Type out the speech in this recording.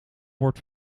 wordt